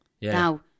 Now